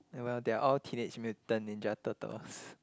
oh well they are teenage mutant ninja turtles